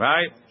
Right